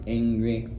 angry